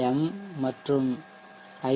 M மற்றும் ஐ